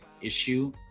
issue